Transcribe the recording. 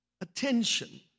attention